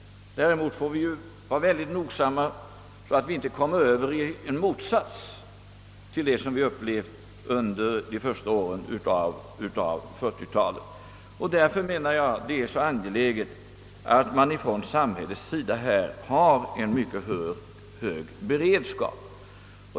Däremot måste vi se till att vi inte kommer över i en motsats till det som vi upplevde under de första åren av 1940-talet, och därför är det viktigt att samhället har en mycket hög beredskap.